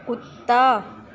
कुत्ता